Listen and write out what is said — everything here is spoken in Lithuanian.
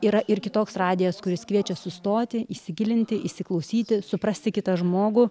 yra ir kitoks radijas kuris kviečia sustoti įsigilinti įsiklausyti suprasti kitą žmogų